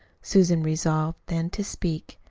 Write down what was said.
susan resolved then to speak.